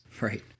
Right